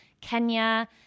Kenya